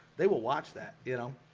they will watch that, you know